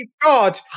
god